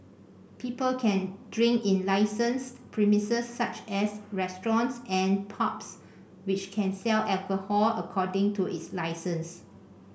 people can drink in licensed premises such as restaurants and pubs which can sell alcohol according to its licence